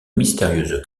mystérieuse